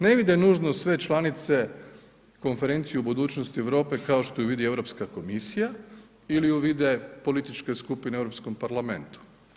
Ne vide nužno sve članice konferenciju budućnosti Europe kao što ju vidi Europska komisija ili ju vide političke skupine u Europskom parlamentu.